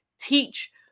teach